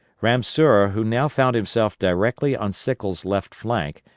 ramseur, who now found himself directly on sickles' left flank,